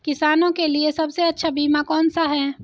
किसानों के लिए सबसे अच्छा बीमा कौन सा है?